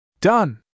Done